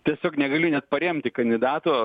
tiesiog negaliu net paremti kandidato